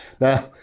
Now